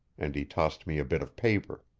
and he tossed me a bit of paper.